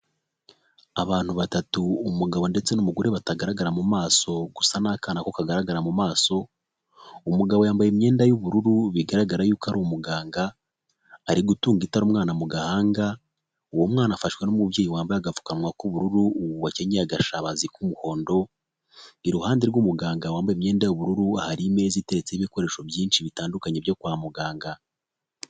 Abantu batatu umugabo ndetse n'umugore batagaragara mu maso gusa ni akana ko kagaragara mu maso. Umugabo yambaye imyenda y'ubururu bigaragara yuko ari umuganga. Ari gutunga itara umwana mu gahanga. Uwo mwana afashwe n'umubyeyi wambaye agapfukamunwa k'ubururu wakenyeye agashabazi k'umuhondo. Iruhande rw'umuganga wambaye imyenda y'ubururu hari imeza itetseho ibikoresho byinshi bitandukanye byo kwa muganga.